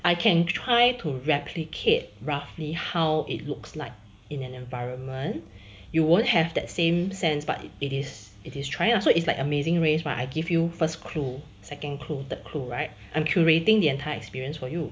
I can try to replicate roughly how it looks like in an environment you won't have that same sense but it is it is trying so it's like amazing race right I give you first clue second clue third clue right I'm curating the entire experience for you